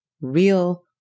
real